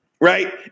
right